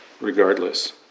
regardless